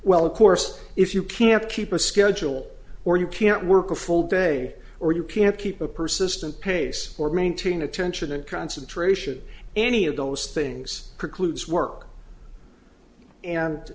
well of course if you can't keep a schedule or you can't work a full day or you can't keep a persistent pace or maintain attention and concentration any of those things precludes work and